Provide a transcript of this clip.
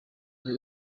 buri